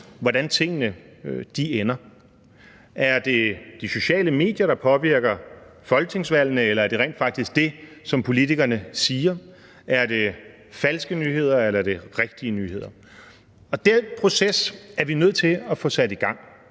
hvordan tingene ender. Er det de sociale medier, der påvirker folketingsvalgene, eller er det rent faktisk det, som politikerne siger? Er det falske nyheder, eller er det rigtige nyheder? Den proces er vi nødt til at få sat i gang,